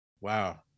wow